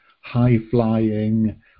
high-flying